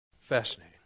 Fascinating